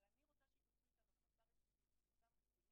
אבל אני רוצה שייכנסו אתנו למשא ומתן רציני